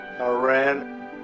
Iran